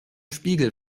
spiegel